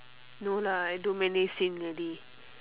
no lah I don't manage him already